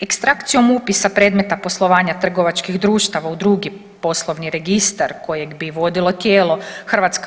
Ekstrakcijom upisa predmeta poslovanja trgovačkih društava u drugi poslovni registar kojeg bi vodilo tijelo HGK